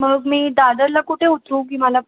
मग मी दादरला कुठे उतरू की मला